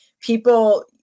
people